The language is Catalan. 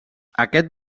aquest